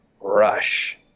rush